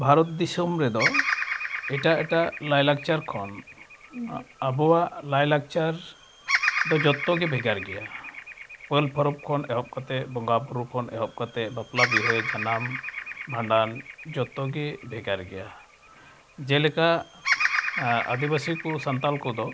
ᱵᱷᱟᱨᱚᱛ ᱫᱤᱥᱚᱢ ᱨᱮᱫᱚ ᱮᱴᱟᱜ ᱮᱴᱟᱜ ᱞᱟᱭᱼᱞᱟᱠᱪᱟᱨ ᱠᱷᱚᱱ ᱟᱵᱚᱣᱟᱜ ᱞᱟᱭᱼᱞᱟᱠᱪᱟᱨ ᱫᱚ ᱡᱚᱛᱚᱜᱮ ᱵᱷᱮᱜᱟᱨ ᱜᱮᱭᱟ ᱯᱟᱹᱞᱼᱯᱚᱨᱚᱵᱽ ᱠᱷᱚᱱ ᱮᱦᱚᱵ ᱠᱟᱛᱮᱫ ᱵᱚᱸᱜᱟᱼᱵᱩᱨᱩ ᱠᱷᱚᱱ ᱮᱦᱚᱵ ᱠᱟᱛᱮᱫ ᱵᱟᱯᱞᱟᱼᱵᱤᱦᱟᱹ ᱡᱟᱱᱟᱢ ᱵᱷᱟᱸᱰᱟᱱ ᱡᱚᱛᱚᱜᱮ ᱵᱷᱮᱜᱟᱨ ᱜᱮᱭᱟ ᱡᱮᱞᱮᱠᱟ ᱟᱫᱤᱵᱟᱥᱤᱠᱚ ᱥᱟᱱᱛᱟᱞ ᱠᱚᱫᱚ